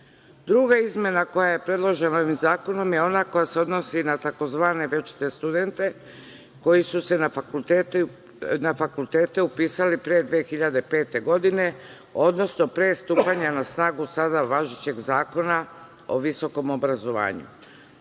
upis. Druga izmena koja je predložena ovim zakonom je ona koja se odnosi na tzv. večite studente koji su se na fakultete upisali pre 2005. godine, odnosno pre stupanja na snagu sada važećeg Zakona o visokom obrazovanju.